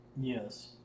Yes